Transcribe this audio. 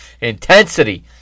intensity